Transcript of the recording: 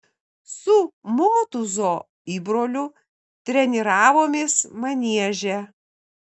su motūzo įbroliu treniravomės manieže